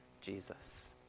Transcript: Jesus